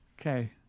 Okay